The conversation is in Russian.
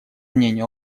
мнению